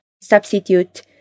substitute